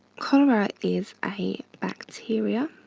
cholera is a bacteria.